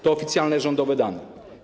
To oficjalne rządowe dane.